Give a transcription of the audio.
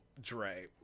Dre